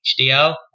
HDL